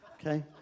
okay